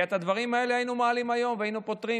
כי את הדברים האלה היינו מעלים היום והיינו פותרים,